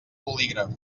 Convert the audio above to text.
bolígraf